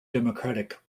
democratic